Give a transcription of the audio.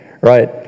right